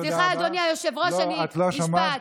סליחה, אדוני היושב-ראש, משפט.